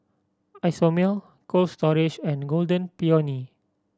Isomil Cold Storage and Golden Peony